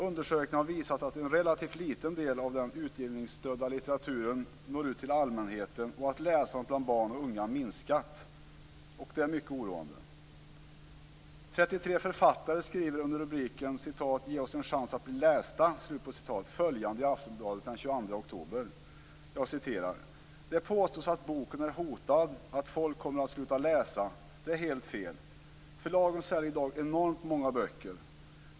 Undersökningar har visat att en relativt liten del av den utgivningsstödda litteraturen når ut till allmänheten och att läsandet bland barn och unga minskat. Det är mycket oroande. 33 författare skriver under rubriken "Ge oss en chans att bli lästa!" följande i Aftonbladet den 22 oktober: "Det påstås att boken är hotad, att folk kommer att sluta läsa. Det är fel. Förlagen säljer i dag enormt många böcker.